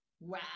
Wow